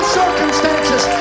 circumstances